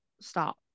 Stop